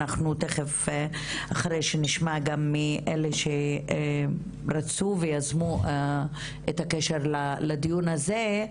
אנחנו תיכף אחרי שנשמע גם מאלה שרצו ויזמו את הקשר לדיון הזה,